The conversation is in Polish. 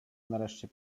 nareszcie